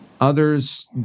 others